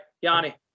Yanni